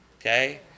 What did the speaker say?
Okay